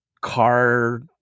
car